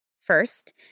First